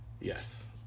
yes